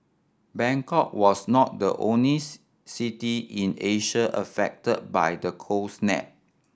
Bangkok was not the only city in Asia affected by the cold snap